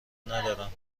ندارم